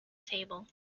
table